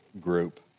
group